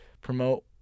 promote